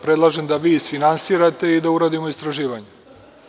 Predlažem da vi isfinansirate i da uradimo istraživanje.